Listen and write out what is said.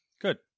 Good